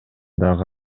дагы